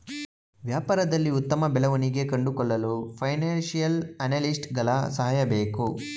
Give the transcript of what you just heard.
ವ್ಯಾಪಾರದಲ್ಲಿ ಉತ್ತಮ ಬೆಳವಣಿಗೆ ಕಂಡುಕೊಳ್ಳಲು ಫೈನಾನ್ಸಿಯಲ್ ಅನಾಲಿಸ್ಟ್ಸ್ ಗಳ ಸಹಾಯ ಬೇಕು